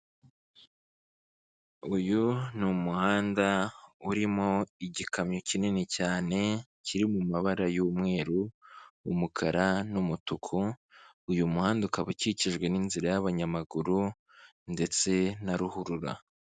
Uyu ni umuhanda urimo igikamyo kinini cyane kiri mu mabara y'umweru, umukara n'umutuku. Uyu muhanda ukaba ukikijwe n'inzira y'abanyamaguru ndetse na ruhurura.